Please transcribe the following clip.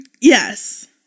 Yes